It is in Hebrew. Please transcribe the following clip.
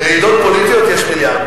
לרעידות פוליטיות יש מיליארד.